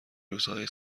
روزهای